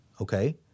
okay